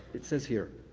it says here,